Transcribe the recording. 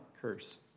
curse